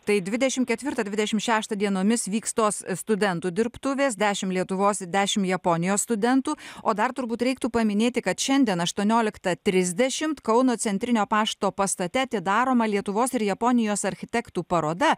tai dvidešim ketvirtą dvidešim šeštą dienomis vyks tos studentų dirbtuvės dešim lietuvos dešim japonijos studentų o dar turbūt reiktų paminėti kad šiandien aštuonioliktą trisdešimt kauno centrinio pašto pastate atidaroma lietuvos ir japonijos architektų paroda